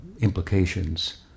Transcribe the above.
implications